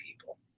people